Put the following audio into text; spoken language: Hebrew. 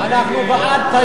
ההסתייגות של